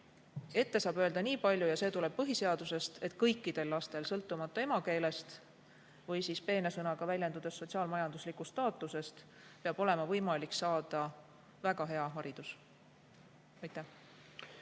Ette saab öelda niipalju – ja see tuleb põhiseadusest –, et kõikidel lastel, sõltumata emakeelest või peene sõnaga väljendudes sotsiaal-majanduslikust staatusest, peab olema võimalik saada väga hea haridus.